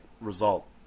result